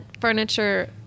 furniture